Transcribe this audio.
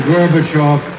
Gorbachev